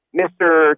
Mr